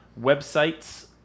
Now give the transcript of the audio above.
websites